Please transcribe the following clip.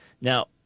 Now